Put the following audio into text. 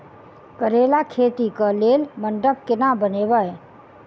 करेला खेती कऽ लेल मंडप केना बनैबे?